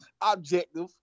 Objective